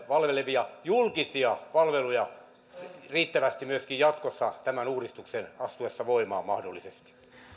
palvelevia julkisia palveluja riittävästi myöskin jatkossa tämän uudistuksen astuessa mahdollisesti